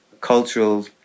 cultural